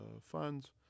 funds